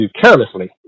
carelessly